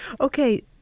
Okay